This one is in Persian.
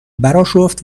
براشفت